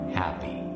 happy